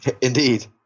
Indeed